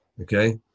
Okay